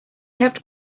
kept